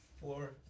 four